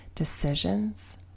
decisions